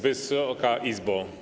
Wysoka Izbo!